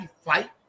fight